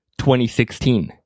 2016